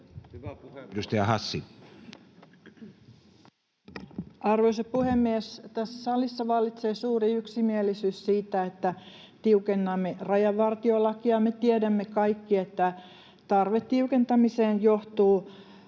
Arvoisa puhemies! Tässä salissa vallitsee suuri yksimielisyys siitä, että tiukennamme rajavartiolakia. Me tiedämme kaikki, että tarve tiukentamiseen johtuu